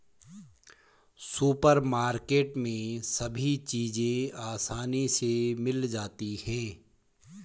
supermarket में सभी चीज़ें आसानी से मिल जाती है